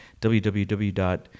www